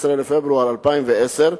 15 בפברואר 2010,